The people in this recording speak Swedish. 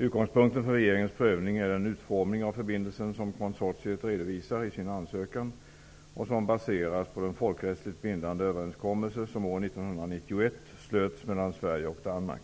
Utgångspunkten för regeringens prövning är den utformning av förbindelsen som konsortiet redovisar i sin ansökan och som baseras på den folkrättsligt bindande överenskommelse som år 1991 slöts mellan Sverige och Danmark.